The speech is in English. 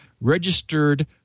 registered